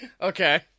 Okay